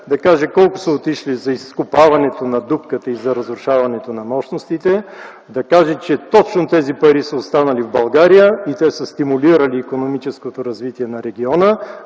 да каже колко са отишли за изкопаването на дупката и за разрушаването на мощностите, да каже, че точно тези пари са останали в България и те са стимулирали икономическото развитие на региона,